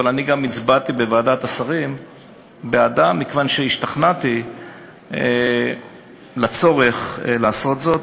אבל אני גם הצבעתי בוועדת השרים בעד מכיוון שהשתכנעתי בצורך לעשות זאת.